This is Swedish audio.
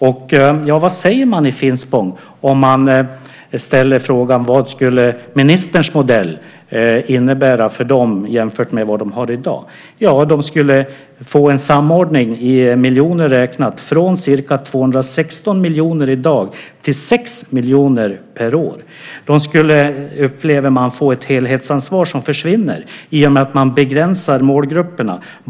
Och vad säger man i Finspång om vi frågar vad ministerns modell skulle innebära för dem jämfört med den de har i dag? Jo, de skulle få en samordning från ca 216 miljoner kronor i dag till 6 miljoner kronor per år. De skulle, upplever de, få se ett helhetsansvar som försvinner i och med att målgrupperna begränsas.